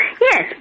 Yes